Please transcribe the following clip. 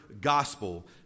gospel